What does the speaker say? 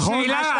כן.